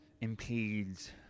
impedes